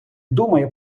думає